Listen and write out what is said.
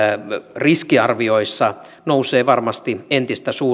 riskiarvioissa nousevat varmasti entistä suuremmiksi tällaiset